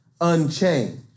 unchanged